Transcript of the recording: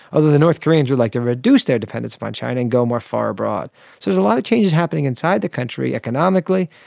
although the north koreans would like to reduce their dependence upon china and go more far abroad. so there's a lot of changes happening inside the country economically,